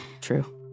True